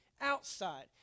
outside